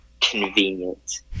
convenient